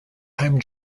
time